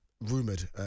rumoured